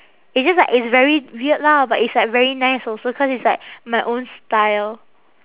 it's just like it's very weird lah but it's like very nice also cause it's like my own style